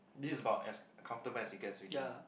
this is about as comfortable as it gets already ah